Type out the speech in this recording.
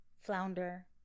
Flounder